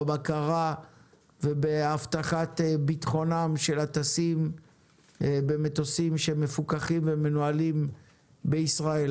בבקרה ובהבטחת ביטחונם של הטסים במטוסים שמפוקחים ומנוהלים בישראל.